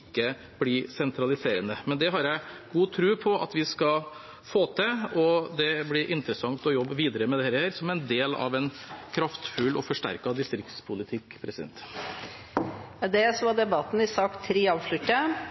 ikke blir sentraliserende. Det har jeg god tro på at vi skal få til, og det blir interessant å jobbe videre med dette som en del av en kraftfull og forsterket distriktspolitikk. Med det